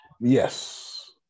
Yes